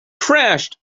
crashed